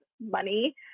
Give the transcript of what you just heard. money